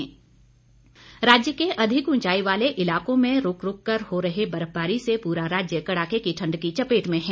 मौसम राज्य के अधिक उंचाई वाले इलाकों में रूक रूक कर हो रही बर्फबारी से पूरा राज्य कड़ाके की ठंड की चपेट में है